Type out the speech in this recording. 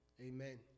Amen